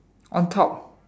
on top